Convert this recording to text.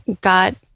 got